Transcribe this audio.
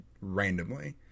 randomly